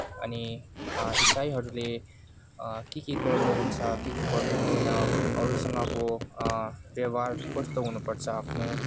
अनि इसाईहरूले के के गर्नुहुन्छ के के गर्नुहुँदैन अरूसँगको व्यवहार कस्तो हुनुपर्छ आफ्नो